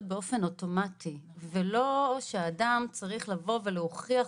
באופן אוטומטי ולא שאדם צריך לבוא ולהוכיח.